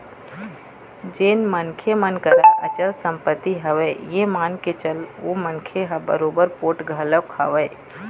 जेन मनखे मन करा अचल संपत्ति हवय ये मान के चल ओ मनखे ह बरोबर पोठ घलोक हवय